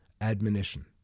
admonition